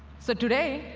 so today,